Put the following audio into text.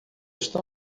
está